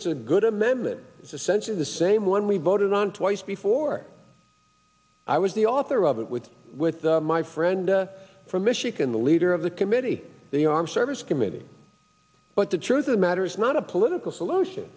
it's a good amendment is essentially the same one we voted on twice before i was the author of it with with my friend from michigan the leader of the committee the armed services committee but the truth of the matter is not a political solution